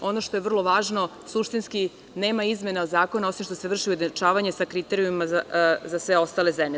Ono što je vrlo važno, suštinski, nema izmene zakona osim što se vrši ujednačavanje sa kriterijumima za sve ostale zemlje.